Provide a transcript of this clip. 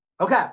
Okay